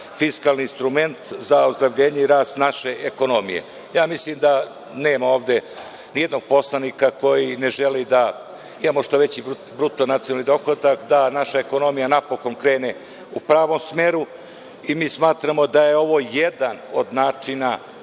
fiskalni instrument za ozdravljenje i rast naše ekonomije. Ja mislim da ovde nema ni jednog poslanika koji ne želi da imamo što veći BDP, da naša ekonomija krene u pravom smeru i smatramo da je ovo jedan od načina